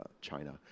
China